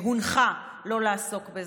מנוגד עניינים ושהוא גם הונחה לא לעסוק בזה.